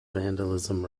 vandalism